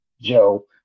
joe